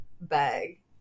bag